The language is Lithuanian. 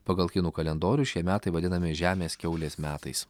pagal kinų kalendorių šie metai vadinami žemės kiaulės metais